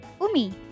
Umi